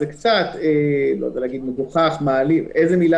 זה קצת מגוחך או מעליב איזו מילה